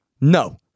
No